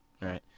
Right